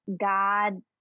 God